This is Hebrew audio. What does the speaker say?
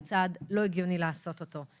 וצעד שלא הגיוני לעשות אותו.